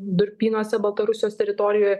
durpynuose baltarusijos teritorijoje